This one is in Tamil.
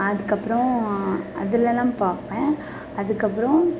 அதுக்கப்புறம் அதிலலாம் பார்ப்பேன் அதுக்கப்புறம்